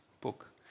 book